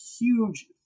huge